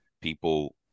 people